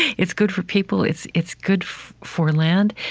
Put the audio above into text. it's good for people. it's it's good for land.